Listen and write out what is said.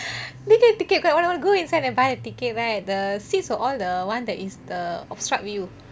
didn't get ticket because I wanna go inside and buy the ticket right the seats were all the [one] that is the obstruct view